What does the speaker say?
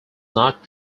not